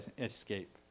escape